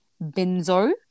benzo